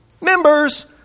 Members